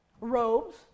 robes